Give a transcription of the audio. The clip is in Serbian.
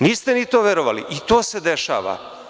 Niste ni to verovali, i to se dešava.